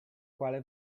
quale